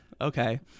Okay